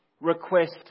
request